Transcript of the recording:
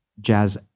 Jazz